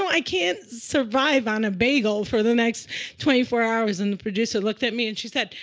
i can't survive on a bagel for the next twenty four hours. and the producer looked at me, and she said,